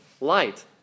light